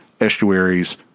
estuaries